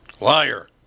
Liar